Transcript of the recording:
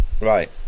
Right